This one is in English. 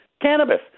cannabis